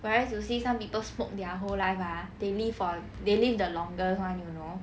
whereas you will see some people smoke their whole life ah they live for they live the longest one you know